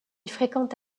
fréquente